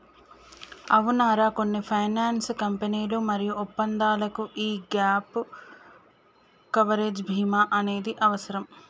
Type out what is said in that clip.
అవునరా కొన్ని ఫైనాన్స్ కంపెనీలు మరియు ఒప్పందాలకు యీ గాప్ కవరేజ్ భీమా అనేది అవసరం